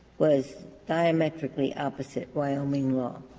was diametrically opposite wyoming law,